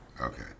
Okay